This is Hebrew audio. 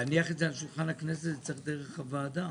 כדי להניח את זה על שולחן הכנסת צריך קודם לעבור דרך הוועדה.